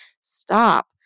stop